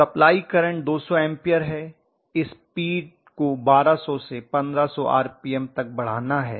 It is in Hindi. सप्लाई करंट 200 एंपियर है स्पीड को 1200 से 1500 आरपीएम तक बढ़ाना है